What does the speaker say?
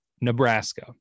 Nebraska